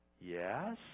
Yes